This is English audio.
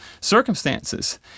circumstances